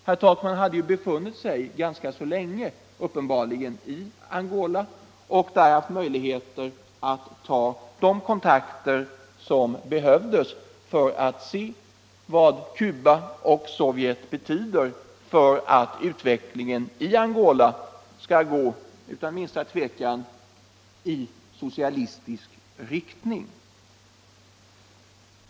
Herr Takman hade uppenbarligen befunnit sig ganska länge i Angola och där haft möjligheter att ta de kontakter som behövdes för att se vad Cuba och Sovjet betyder för att utvecklingen i Angola skall gå, utan minsta tvekan, i socialistisk riktning.